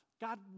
God